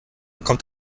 kommt